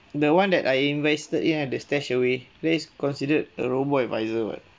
the one that I invested in at the StashAway that is considered a robo-advisor [what]